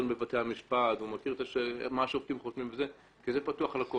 אומרים בבתי משפט כי זה נושא שפתוח לכל,